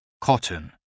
Cotton